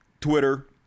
Twitter